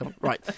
Right